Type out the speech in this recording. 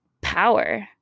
power